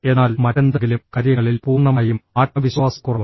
എന്നാൽ മറ്റെന്തെങ്കിലും കാര്യങ്ങളിൽ പൂർണ്ണമായും ആത്മവിശ്വാസക്കുറവ്